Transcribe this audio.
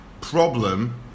problem